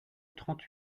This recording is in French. trente